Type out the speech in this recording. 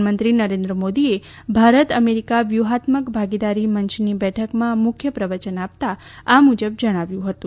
પ્રધાનમંત્રી નરેન્દ્ર મોદીએ ભારત અમેરીકા વ્યુહાત્મક ભાગીદારી મંચની બેઠકમાં મુખ્ય પ્રવચન આપતાં આ મુજબ જણાવ્યું હતું